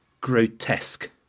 grotesque